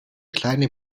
kleine